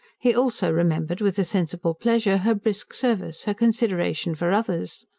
he also remembered with a sensible pleasure her brisk service, her consideration for others.